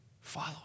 Follow